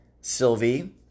Sylvie